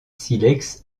silex